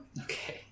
Okay